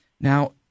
Now